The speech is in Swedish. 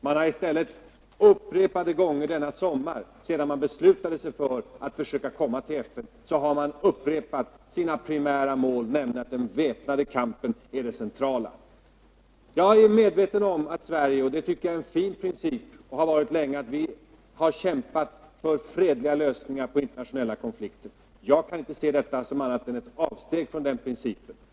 Man har i stället upprepade gånger denna sommar, sedan man beslutat sig för att försöka komma till FN, upprepat sin primära inställning, nämligen att den väpnade kampen är det centrala. Jag är medveten om att Sverige — det tycker jag är en fin princip — anser att vi skall kämpa för fredliga lösningar på internationella konflikter. Jag kan inte se den nu diskuterade åtgärden annat än som ett avsteg från denna princip.